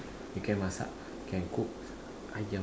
you can masak can cook ayam